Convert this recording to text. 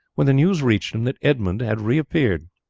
when the news reached him that edmund had reappeared.